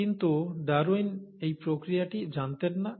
কিন্তু ডারউইন এই প্রক্রিয়াটি জানতেন না